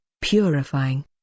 purifying